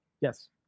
Yes